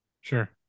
Sure